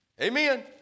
Amen